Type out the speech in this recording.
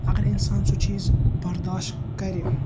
اَگَر اِنسان سُہ چیٖز بَرداش کَرِ